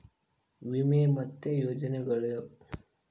ವಿಮೆ ಮತ್ತೆ ಯೋಜನೆಗುಳು